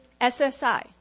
SSI